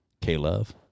K-Love